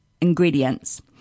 ingredients